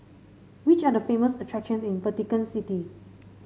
which are the famous attractions in Vatican City